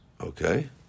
Okay